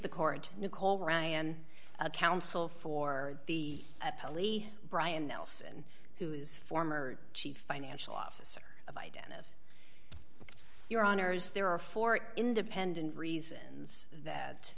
the court nicole ryan a counsel for the appellee brian nelson who is former chief financial officer of identify your honor is there are four independent reasons that